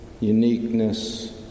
uniqueness